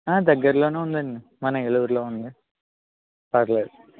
దగ్గరలో ఉందండి మన ఏలూరులో ఉంది పర్లేదు